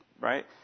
right